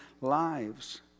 lives